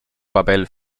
papel